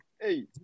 Hey